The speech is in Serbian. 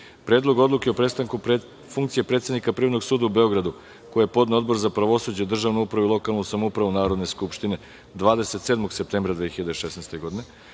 Predlogu odluke o prestanku funkcije predsednika Privrednog suda u Beogradu, koji je podneo Odbor za pravosuđe, državnu upravu i lokalnu samoupravu Narodne skupštine 27. septembra 2016. godine,